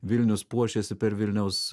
vilnius puošėsi per vilniaus